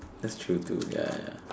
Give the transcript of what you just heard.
that's true too ya ya